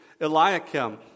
Eliakim